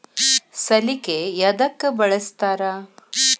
ಸಲಿಕೆ ಯದಕ್ ಬಳಸ್ತಾರ?